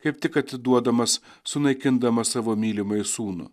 kaip tik atiduodamas sunaikindamas savo mylimąjį sūnų